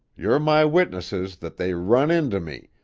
you're my witnesses that they run into me,